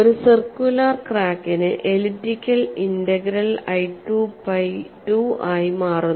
ഒരു സർക്കുലർ ക്രാക്കിന് elliptical integral I 2 pi 2 ആയി മാറുന്നു